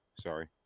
Sorry